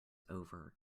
over